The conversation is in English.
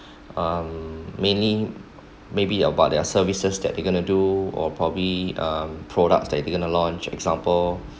um mainly maybe about their services that they going to do or probably um products that they going to launch example